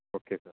okay sir